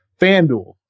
FanDuel